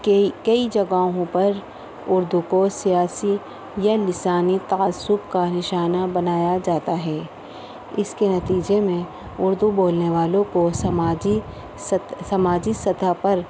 کئی کئی جگہوں پر اردو کو سیاسی یا لسانی تعصب کا نشانہ بنایا جاتا ہے اس کے نتیجے میں اردو بولنے والوں کو سماجی سماجی سطح پر